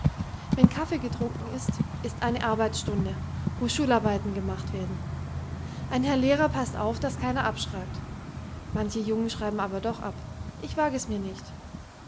wenn kaffe getrunken ist ist eine arbeitsstunde wo schularbeiten gemacht werden ein herr lehrer paßt auf das keiner abschreibt manche jungen schreiben aber doch ab ich wage mirs nicht